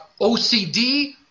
OCD